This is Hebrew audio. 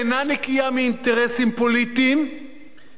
פוליטיים תכתיב את הבטחת קיומנו.